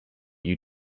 you